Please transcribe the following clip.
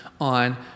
on